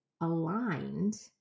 aligned